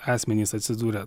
asmenys atsidūrę